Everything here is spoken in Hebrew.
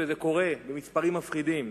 וזה קורה במספרים מפחידים.